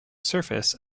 surface